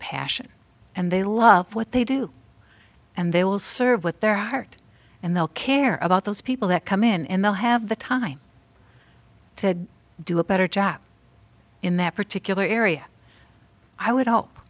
passion and they love what they do and they will serve with their heart and they'll care about those people that come in in the have the time to do a better job in that particular area i would h